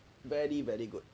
very very good